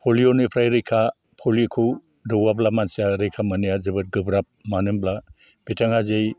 पलिअनिफ्राय रैखा पलिअखौ दौवाब्ला मानसिया रैखा मोननाया जोबोद गोब्राब मानो होनब्ला बिथाङा जे